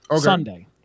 Sunday